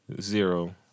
Zero